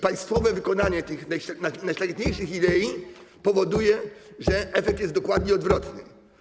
Państwowe wykonanie tych najszlachetniejszych idei powoduje, że efekt jest dokładnie odwrotny.